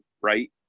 right